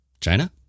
china